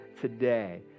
today